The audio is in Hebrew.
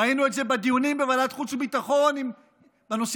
ראינו את זה בדיונים בוועדת חוץ וביטחון בנושאים